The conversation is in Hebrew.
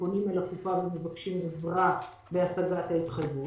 פונים אל הקופה ומבקשים עזרה בהשגת ההתחייבות.